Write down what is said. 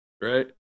right